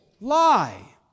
lie